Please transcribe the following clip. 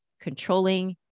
controlling